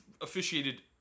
officiated